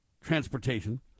transportation